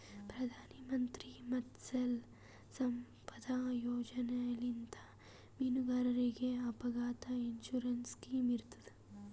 ಪ್ರಧಾನ್ ಮಂತ್ರಿ ಮತ್ಸ್ಯ ಸಂಪದಾ ಯೋಜನೆಲಿಂತ್ ಮೀನುಗಾರರಿಗ್ ಅಪಘಾತ್ ಇನ್ಸೂರೆನ್ಸ್ ಸ್ಕಿಮ್ ಇರ್ತದ್